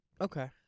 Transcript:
Okay